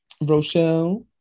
Rochelle